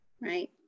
right